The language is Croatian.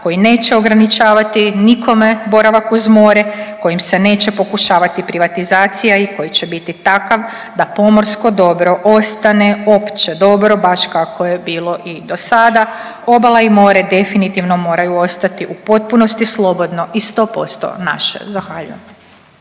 koji neće ograničavati nikome boravak uz more, kojim se neće pokušavati privatizacija i koji će biti takav da pomorsko dobro ostane opće dobro, baš kako je bilo i do sada. Obala i more definitivno moraju ostati u potpunosti slobodno i 100% naše. Zahvaljujem.